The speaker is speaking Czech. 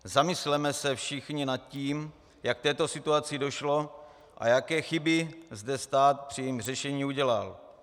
Zamysleme se všichni nad tím, jak k této situaci došlo a jaké chyby zde stát při jejím řešení udělal.